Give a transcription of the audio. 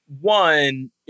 One